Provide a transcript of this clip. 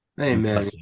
Amen